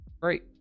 great